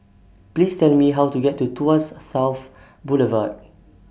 Please Tell Me How to get to Tuas South Boulevard